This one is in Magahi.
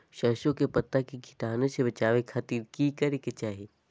सरसों के पत्ता के कीटाणु से बचावे खातिर की करे के चाही?